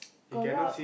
a lot